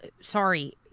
sorry